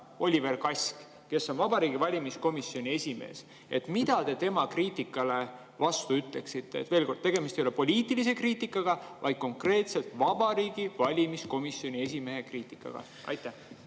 Oliver Kask, kes on Vabariigi Valimiskomisjoni esimees. Mida te tema kriitikale vastu ütleksite? Veel kord: tegemist ei ole poliitilise kriitikaga, vaid konkreetselt Vabariigi Valimiskomisjoni esimehe kriitikaga. Aitäh!